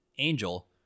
angel